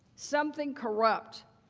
something corrupt.